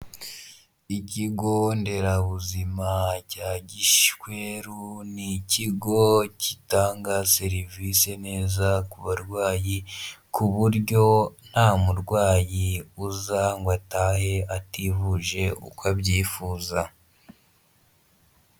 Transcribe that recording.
Ikigo nderabuzima cya Gishweru, ni ikigo gitanga serivisi neza ku barwayi ku buryo nta murwayi uza ngo atahe ativuje uko abyifuza.